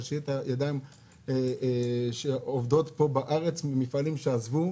שיהיו ידיים עובדות פה בארץ במפעלים שעזבו,